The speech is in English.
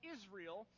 Israel